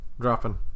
dropping